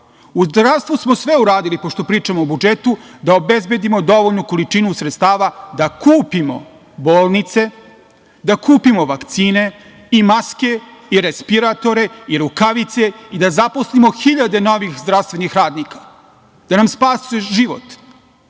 U zdravstvu smo sve uradili, pošto pričamo o budžetu, da obezbedimo dovoljnu količinu sredstava da kupimo bolnice, da kupimo vakcine i maske i respiratore i rukavice i da zaposlimo hiljade novih zdravstvenih radnika da nam spasu život,